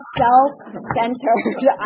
self-centered